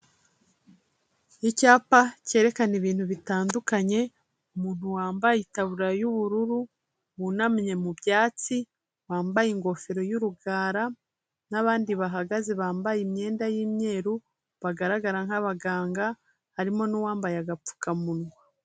Icyapa cyerekana ibintu bitandukanye, umuntu wambaye itaburiya y'ubururu, wunamye mu byatsi, wambaye ingofero y'urugara, n'abandi bahagaze bambaye imyenda y'imyeru, bagaragara nk'abaganga harimo n'uwambaye agapfukamunwa.